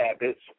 habits